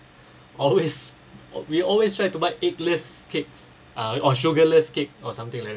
always we always try to buy eggless cakes ah or sugarless cakes or something like that